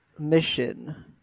mission